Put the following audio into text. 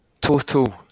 Total